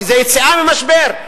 כי זה יציאה ממשבר.